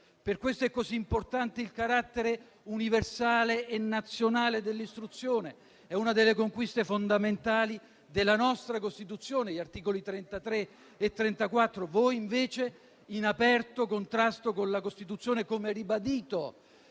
Per questo è così importante il carattere universale e nazionale dell'istruzione, che è una delle conquiste fondamentali della nostra Costituzione (mi riferisco agli articoli 33 e 34). Voi, invece, in aperto contrasto con la Costituzione, come ribadito